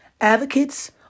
advocates